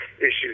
issues